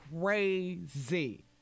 crazy